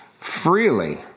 freely